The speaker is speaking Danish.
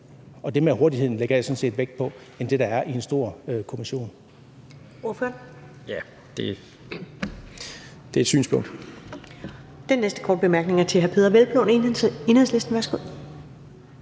Det med hurtigheden lægger jeg sådan set mere vægt på, end at det er en stor kommission.